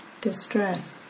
distress